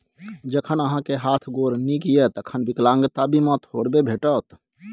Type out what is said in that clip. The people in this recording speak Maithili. जखन अहाँक हाथ गोर नीक यै तखन विकलांगता बीमा थोड़बे भेटत?